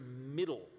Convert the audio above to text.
middle